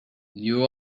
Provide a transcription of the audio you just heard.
you